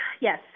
yes